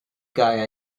guy